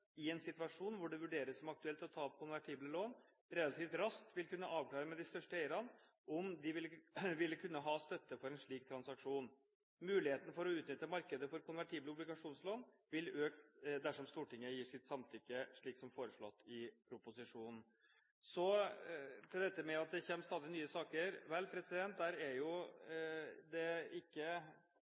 i en situasjon hvor det vurderes som aktuelt å ta opp konvertible lån, relativt raskt vil kunne avklare med de største eierne om de ville kunne ha støtte for en slik transaksjon. Mulighetene for å utnytte markedet for konvertible obligasjonslån vil øke dersom Stortinget gir sitt samtykke, slik som foreslått i proposisjonen. Så til dette med at det stadig kommer nye saker. Vel, her er det ikke